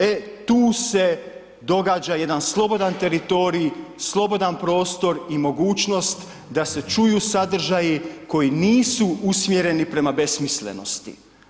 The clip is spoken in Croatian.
E tu se događa jedan slobodan teritorij, slobodan prostor i mogućnost da se čuju sadržaji koji nisu usmjereni prema besmislenosti.